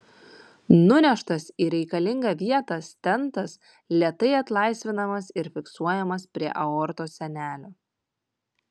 nuneštas į reikalingą vietą stentas lėtai atlaisvinamas ir fiksuojamas prie aortos sienelių